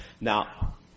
Now